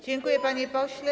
Dziękuję, panie pośle.